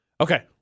Okay